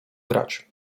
grać